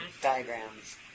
diagrams